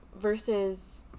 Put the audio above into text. versus